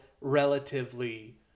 relatively